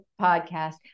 podcast